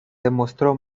demostró